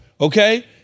okay